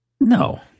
No